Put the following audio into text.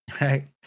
Right